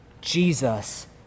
Jesus